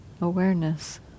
awareness